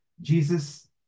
Jesus